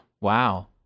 Wow